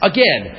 Again